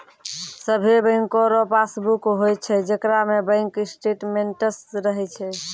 सभे बैंको रो पासबुक होय छै जेकरा में बैंक स्टेटमेंट्स रहै छै